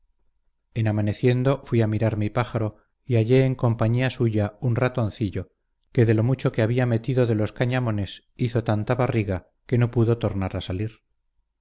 en amaneciendo fui a mirar mi pájaro y hallé en compañía suya un ratoncillo que de lo mucho que había metido de los cañamones hizo tanta barriga que no pudo tornar a salir